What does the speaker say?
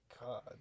God